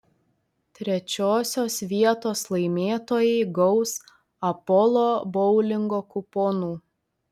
trečiosios vietos laimėtojai gaus apolo boulingo kuponų